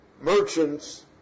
merchants